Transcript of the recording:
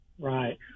Right